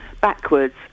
backwards